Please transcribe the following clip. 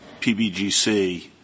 PBGC